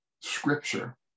scripture